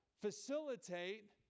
facilitate